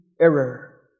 error